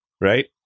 right